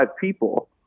people